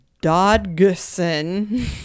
Dodgson